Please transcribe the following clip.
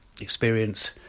experience